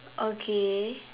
okay